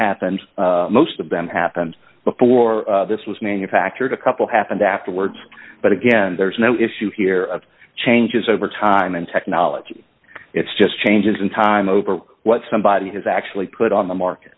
and most of them happened before this was manufactured a couple happened afterwards but again there's no issue here of changes over time and technology it's just changes in time over what somebody has actually put on the market